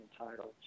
entitled